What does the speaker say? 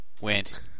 Went